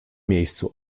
miejscu